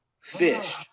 fish